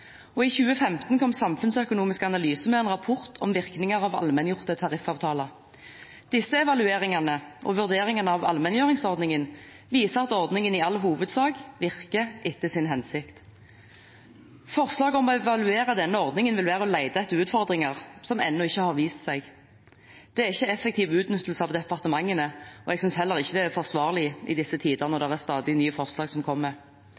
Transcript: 2011. I 2015 kom Samfunnsøkonomisk analyse med en rapport om virkninger av allmenngjorte tariffavtaler. Disse evalueringene og vurderingen av allmenngjøringsordningen viser at ordningen i all hovedsak virker etter sin hensikt. Forslag om å evaluere denne ordningen vil være å lete etter utfordringer som ennå ikke har vist seg. Det er ikke effektiv utnyttelse av departementene. Jeg synes heller ikke det er forsvarlig i disse tider når det kommer